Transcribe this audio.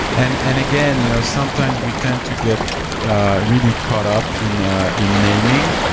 and and again, you know sometimes we tend to get really caught up in ah in naming.